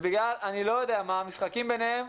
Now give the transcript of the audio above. בגלל המשחקים שלהם,